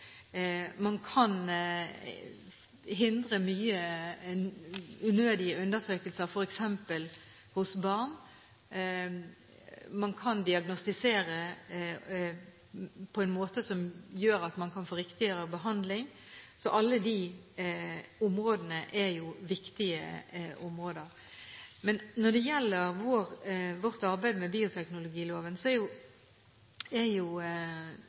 man kan hindre mange unødige undersøkelser, f.eks. hos barn, og man kan diagnostisere på en måte som gjør at man kan få riktigere behandling. Alle disse områdene er viktige områder. Når det gjelder vårt arbeid med bioteknologiloven, er